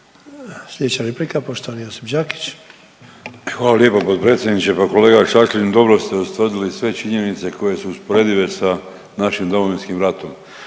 Sljedeća replika, poštovani Josip Đakić. **Đakić, Josip (HDZ)** Hvala lijepo potpredsjedniče. Pa kolega Šašlin, dobro ste ustvrdili sve činjenice koje su usporedive sa našim Domovinskim ratom.